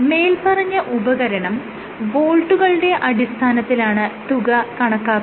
മേല്പറഞ്ഞ ഉപകരണം വോൾട്ടുകളുടെ അടിസ്ഥാനത്തിലാണ് തുക കണക്കാക്കുന്നത്